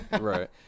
Right